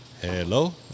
hello